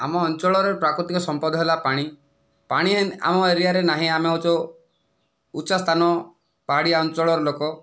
ଆମ ଅଞ୍ଚଳର ପ୍ରାକୃତିକ ସମ୍ପଦ ହେଲା ପାଣି ପାଣି ଆମ ଏରିଆରେ ନାହିଁ ଆମେ ହଉଛୁ ଉଚ୍ଚା ସ୍ଥାନ ପାହାଡ଼ିଆ ଅଞ୍ଚଳର ଲୋକ